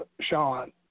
Sean